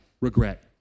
regret